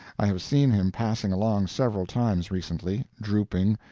i have seen him passing along several times recently drooping,